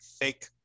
fake